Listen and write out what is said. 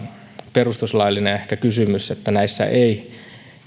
perustuslaillinen kysymys että näissä tilanteissa ei